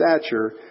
stature